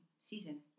season